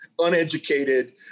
uneducated